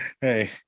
Hey